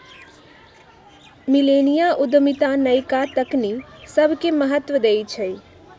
मिलेनिया उद्यमिता नयका तकनी सभके महत्व देइ छइ